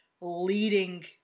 leading